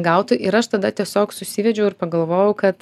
gautų ir aš tada tiesiog susivedžiau ir pagalvojau kad